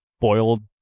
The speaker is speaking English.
boiled